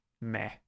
meh